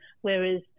whereas